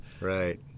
Right